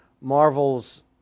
Marvel's